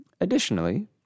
Additionally